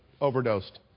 overdosed